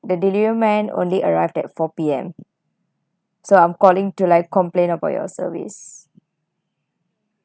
the delivery man only arrived at four P_M so I'm calling to like complain about your service